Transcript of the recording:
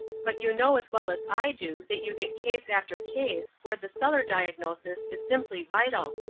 but you know as well as i do that you get case after case where the cellar diagnosis is simply vital.